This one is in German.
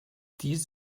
dies